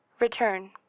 Return